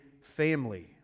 family